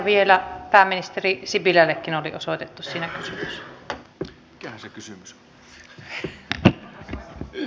vielä pääministeri sipilällekin oli osoitettu kysymys